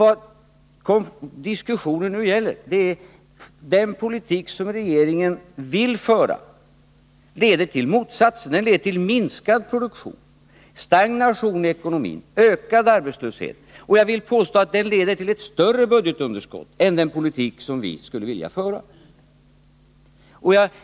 Vad diskussionen nu gäller är att den politik som regeringen vill föra leder till motsatsen — minskad produktion, stagnation i ekonomin, ökad arbetslöshet. Jag vill påstå att den leder till större budgetunderskott än den politik vi skulle vilja föra.